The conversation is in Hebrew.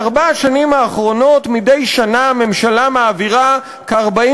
בארבע השנים האחרונות מדי שנה הממשלה מעבירה כ-40